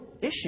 issue